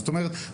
זאת אומרת,